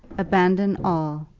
abandon all,